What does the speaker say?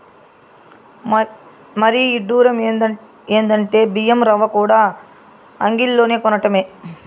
మరీ ఇడ్డురం ఎందంటే బియ్యం రవ్వకూడా అంగిల్లోనే కొనటమే